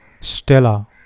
Stella